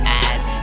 eyes